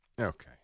Okay